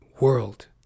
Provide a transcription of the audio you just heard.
world